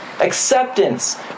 acceptance